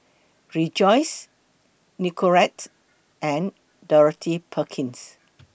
Rejoice Nicorette and Dorothy Perkins